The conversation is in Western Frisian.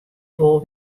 wol